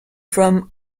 from